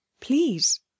Please